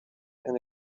and